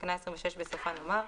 בתקנה 26 בסופה נאמר: